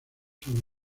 sobre